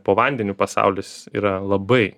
po vandeniu pasaulis yra labai